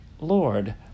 Lord